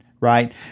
right